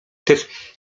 też